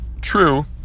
true